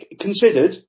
Considered